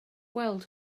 gweld